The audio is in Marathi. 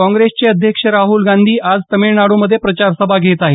काँग्रेसचे अध्यक्ष राहुल गांधी आज तामिळनाडूमधे प्रचारसभा घेत आहेत